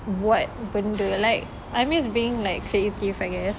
buat benda like I miss being like creative I guess